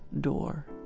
door